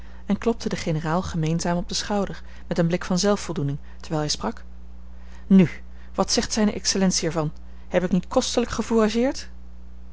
en klopte den generaal gemeenzaam op den schouder met een blik van zelfvoldoening terwijl hij sprak nu wat zegt zijne excellentie er van heb ik niet kostelijk